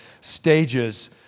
stages